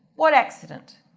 what accident?